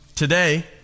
today